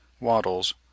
wattles